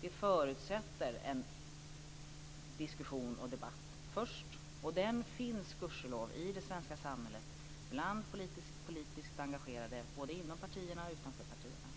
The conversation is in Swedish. Det förutsätter först en diskussion och debatt. Den finns gudskelov i det svenska samhället både bland politiskt engagerade inom partierna och utanför partierna